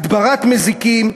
הדברת מזיקים,